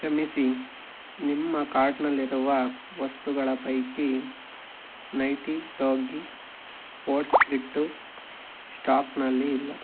ಕ್ಷಮಿಸಿ ನಿಮ್ಮ ಕಾರ್ಟ್ನಲ್ಲಿರುವ ವಸ್ತುಗಳ ಪೈಕಿ ನೈಟಿ ಯೋಗಿ ಓಟ್ಸ್ ಹಿಟ್ಟು ಸ್ಟಾಕ್ನಲ್ಲಿಲ್ಲ